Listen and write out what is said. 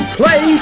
play